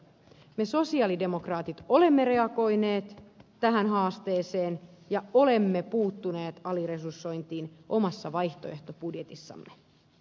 me sosialidemokraatit olemme reagoineet tähän haasteeseen ja olemme puuttuneet aliresursointiin omassa vaihtoehtobudjetissamme